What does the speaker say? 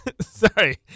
Sorry